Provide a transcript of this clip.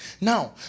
now